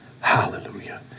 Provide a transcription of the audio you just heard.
Hallelujah